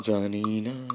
Janina